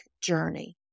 journey